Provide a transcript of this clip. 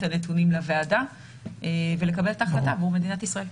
הנתונים לוועדה ולקבל את ההחלטה עבור מדינת ישראל.